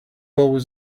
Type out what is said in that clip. always